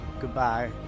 Goodbye